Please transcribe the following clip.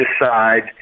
decide